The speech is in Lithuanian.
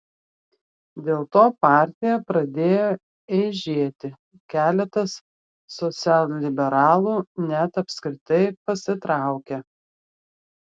dėl to partija pradėjo eižėti keletas socialliberalų net apskritai pasitraukė